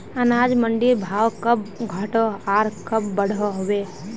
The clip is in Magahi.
अनाज मंडीर भाव कब घटोहो आर कब बढ़ो होबे?